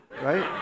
right